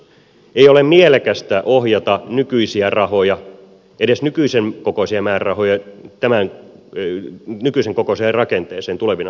ei ole mielekästä ohjata edes nykyisen kokoisia määrärahoja nykyisen kokoiseen rakenteeseen tulevina vuosina